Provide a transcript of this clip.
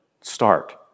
start